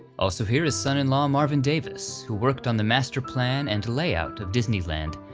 also here is son-in-law marvin davis, who worked on the masterplan and layout of disneyland,